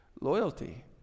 Loyalty